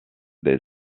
des